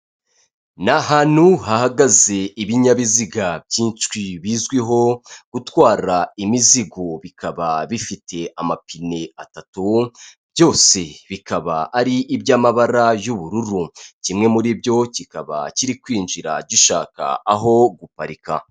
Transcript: Ni ahantu hahagaze ibinyabiziga byinshi bizwiho gutwara imizigo bikaba bifite amapine atatu, byose bikaba ari iby'amabara y'ubururu, kimwe muri byo kikaba kiri kwinjira gishaka aho guparika.